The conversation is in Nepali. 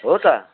हो त